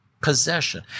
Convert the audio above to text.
possession